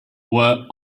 were